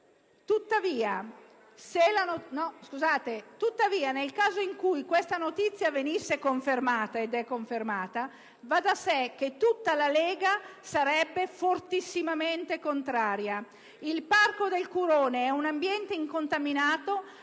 Scajola. Nel caso in cui questa notizia venisse confermata» - e lo è - «va da sé che tutta la Lega sarebbe fortissimamente contraria. Il Parco del Curone è un ambiente incontaminato,